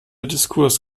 discourse